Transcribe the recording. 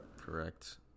Correct